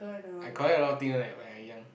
I collect a lot thing one eh when I young